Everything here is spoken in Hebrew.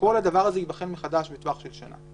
שכל הדבר הזה ייבחן מחדש בטווח של שנה.